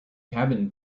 cabin